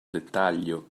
dettaglio